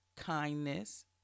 kindness